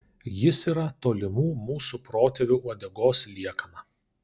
jis yra tolimų mūsų protėvių uodegos liekana